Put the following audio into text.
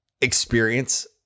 experience